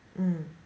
mm